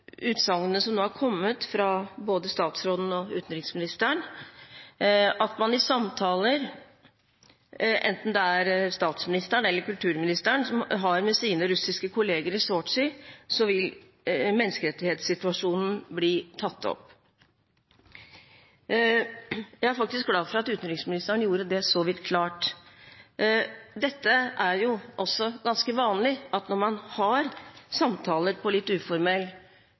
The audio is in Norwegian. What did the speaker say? som nå er kommet fra både statsråden og utenriksministeren om at man i samtaler – enten det er statsministeren eller kulturministeren – vil ta opp menneskerettighetssituasjonen med sine russiske kolleger i Sotsji. Jeg er glad for at utenriksministeren gjorde det såpass klart. Det er jo også ganske vanlig at når man har samtaler på et litt